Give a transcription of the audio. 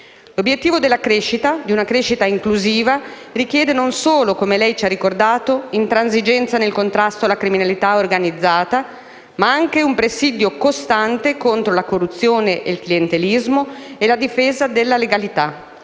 L'obiettivo della crescita, di una crescita inclusiva, richiede non solo - come da lei già ricordato - intransigenza nel contrasto alla criminalità organizzata, ma anche un presidio costante contro la corruzione, il clientelismo e la difesa della legalità.